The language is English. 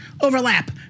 overlap